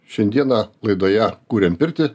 šiandieną laidoje kuriam pirtį